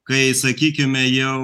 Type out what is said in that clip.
kai sakykime jau